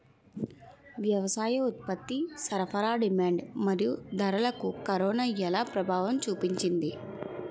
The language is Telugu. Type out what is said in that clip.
వ్యవసాయ ఉత్పత్తి సరఫరా డిమాండ్ మరియు ధరలకు కరోనా ఎలా ప్రభావం చూపింది